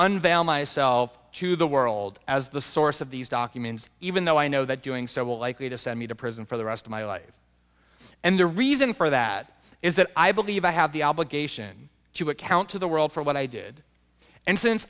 unveil myself to the world as the source of these documents even though i know that doing so will likely to send me to prison for the rest of my life and the reason for that is that i believe i have the obligation to account to the world for what i did and since